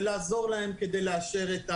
ולעזור להם כדי לאשר.